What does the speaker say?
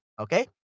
okay